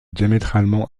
diamétralement